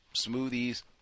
Smoothies